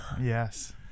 yes